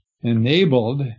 enabled